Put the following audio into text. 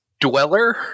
dweller